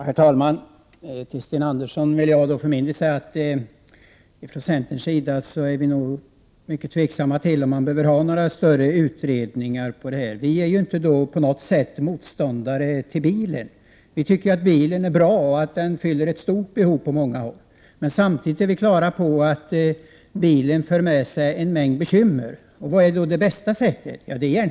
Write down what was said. Herr talman! Till Sten Andersson vill jag för min del säga att vi från centerns sida är mycket tveksamma till om man behöver några större utredningar på det här området. Vi är inte på något sätt motståndare till bilen; den är bra och fyller ett stort behov på många håll. Samtidigt är vi på det klara med att bilen för med sig en mängd bekymmer. Vilket är då det bästa sättet att komma till rätta med dem?